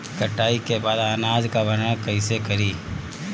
कटाई के बाद अनाज का भंडारण कईसे करीं?